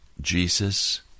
Jesus